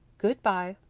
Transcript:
good-bye.